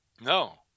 No